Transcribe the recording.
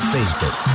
Facebook